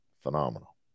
phenomenal